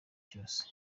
cyose